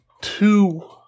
two